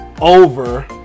over